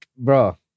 Bro